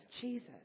Jesus